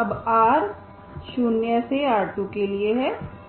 अब 0rr2 के लिए है